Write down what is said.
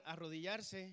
arrodillarse